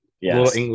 yes